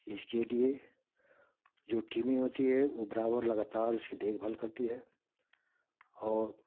इसके लिए जो टीमें होती है वो बराबर लगातार उसकी देखभाल करती है और